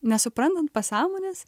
nesuprantant pasąmonės